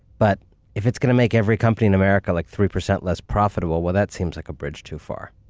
but if it's going to make every company in america like three percent less profitable, well that seems like a bridge too far.